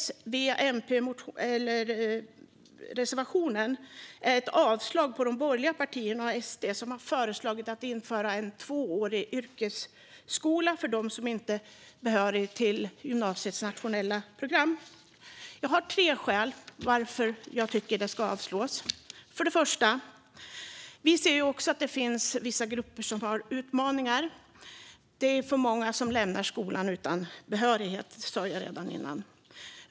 S-V-MP-reservationen innebär ett avslag på förslaget från de borgerliga partierna och SD om att införa en tvåårig yrkesskola för dem som inte är behöriga till gymnasiets nationella program. Jag har tre skäl till att jag tycker att det ska avslås. Det första skälet är: Vi ser också att det finns vissa grupper som har utmaningar. Det är för många som lämnar skolan utan behörighet - det sa jag redan tidigare.